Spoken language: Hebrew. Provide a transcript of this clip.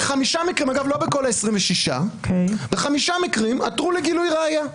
בחמישה מקרים, אגב לא בכל ה-26, עתרו לגילוי ראיה.